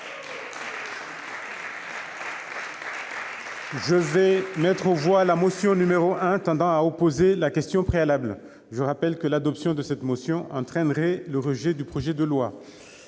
Je mets aux voix la motion n° 1, tendant à opposer la question préalable. Je rappelle que l'adoption de cette motion entraînerait le rejet du projet de loi.